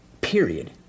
Period